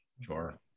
Sure